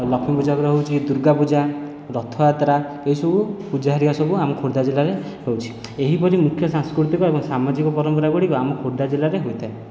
ଲକ୍ଷ୍ମୀ ପୂଜା ପରେ ହେଉଛି ଦୂର୍ଗା ପୂଜା ରଥଯାତ୍ରା ଏଇ ସବୁ ପୂଜା ହେରିକା ସବୁ ଆମ ଖୋର୍ଦ୍ଧା ଜିଲ୍ଲାରେ ହେଉଛି ଏହିପରି ମୁଖ୍ୟ ସାଂସ୍କୃତିକ ଏବଂ ସାମାଜିକ ପରମ୍ପରା ଗୁଡ଼ିକ ଆମ ଖୋର୍ଦ୍ଧା ଜିଲ୍ଲାରେ ହୋଇଥାଏ